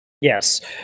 Yes